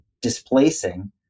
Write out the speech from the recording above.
Displacing